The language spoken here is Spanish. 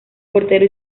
portero